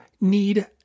need